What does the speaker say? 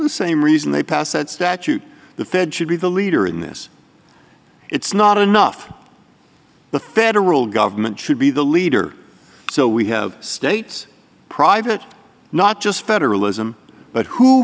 the same reason they passed that statute the fed should be the leader in this it's not enough the federal government should be the leader so we have states private not just federalism but who